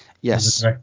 Yes